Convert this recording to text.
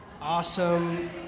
awesome